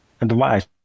advice